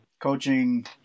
coaching